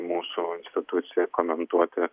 mūsų institucijai komentuoti